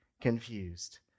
confused